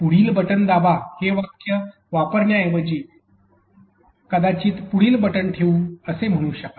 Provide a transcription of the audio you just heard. पुढील बटन दाबा हे वाक्य वापरण्याऐवजी आपण कदाचित पुढील बटन ठेवू असे म्हणू शकाल